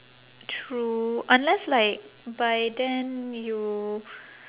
true unless like by then you